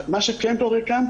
מה שכן קורה כאן,